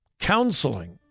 Counseling